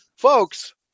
Folks